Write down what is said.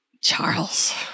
Charles